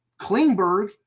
Klingberg